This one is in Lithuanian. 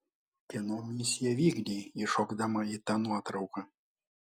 kieno misiją vykdei įšokdama į tą nuotrauką